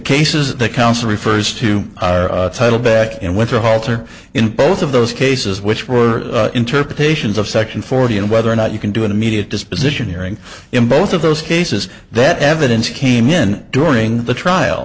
case is the counsel refers to our title back in winter halter in both of those cases which were interpretations of section forty and whether or not you can do an immediate disposition hearing in both of those cases that evidence came in during the trial